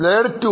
Slide 2